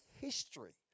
history